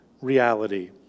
reality